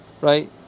Right